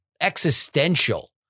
existential